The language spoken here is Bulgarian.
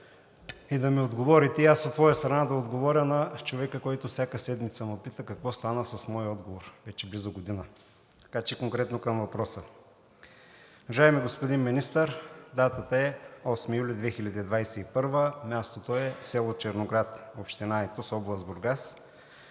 и да ми отговорите, а аз от моя страна да отговоря на човека, който всяка седмица ме пита „какво стана с моя отговор вече близо година“? Така че конкретно към въпроса. Уважаеми господин Министър, датата е 8 юли 2021 г., мястото е село Черноград, община Айтос, област Бургас.